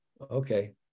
Okay